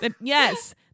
Yes